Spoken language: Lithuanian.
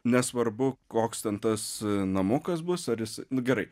nesvarbu koks ten tas namukas bus ar jis nu gerai